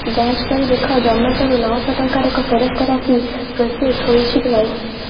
ଯାଞ୍ଚ କରି ଦେଖ ଜୋମାଟୋରୁ ନଅଶହ ଟଙ୍କାର ଏକ ଫେରସ୍ତ ରାଶି ପ୍ରୋସେସ୍ ହେଇଛି କି ନାହିଁ